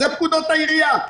זה פקודת העיריות.